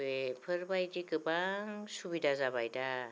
बेफोरबादि गोबां सुबिदा जाबाय दा